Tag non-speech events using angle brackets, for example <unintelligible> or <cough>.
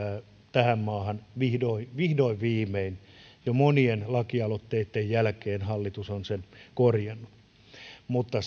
tähän maahan vihdoin vihdoin viimein ja monien lakialoitteitten jälkeen hallitus on sen korjannut mutta <unintelligible>